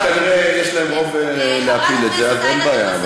וכנראה יש להם רוב להפיל את זה אז אין בעיה.